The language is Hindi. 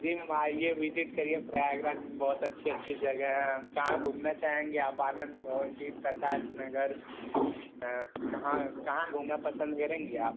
जी मैम आइए विजिट करिए प्रयागराज मे बहुत अच्छे अच्छे जगह हैं कहाँ घूमना चाहेंगी आप आनंद भवन कि प्रकाश नगर कहाँ कहाँ घूमना पसंद करेंगी आप